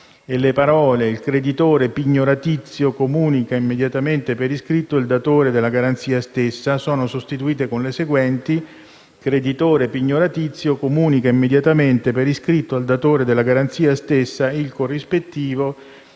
e le parole: «il creditore pignoratizio comunica immediatamente per iscritto al datore della garanzia stessa», sono sostituite con le seguenti: «il creditore pignoratizio comunica immediatamente per iscritto al datore della garanzia stessa il corrispettivo